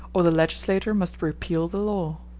or the legislature must repeal the law.